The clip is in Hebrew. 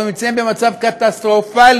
אנחנו נמצאים במצב קטסטרופלי,